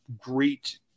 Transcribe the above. great